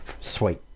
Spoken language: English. Sweet